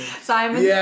Simon